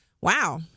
wow